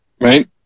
Right